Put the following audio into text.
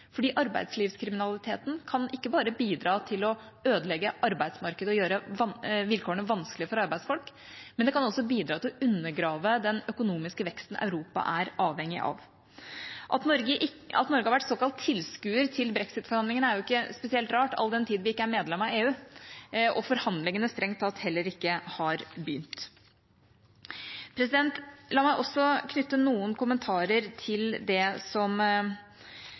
fordi arbeidslivskriminaliteten ikke bare kan bidra til å ødelegge arbeidsmarkedet og gjøre vilkårene vanskelige for arbeidsfolk, men den kan også bidra til å undergrave den økonomiske veksten Europa er avhengig av. At Norge har vært såkalt tilskuer til brexit-forhandlingene, er jo ikke spesielt rart all den tid vi ikke er medlem av EU, og forhandlingene strengt tatt heller ikke har begynt. La meg også knytte noen kommentarer til det som